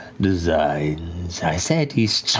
designs. i said, he's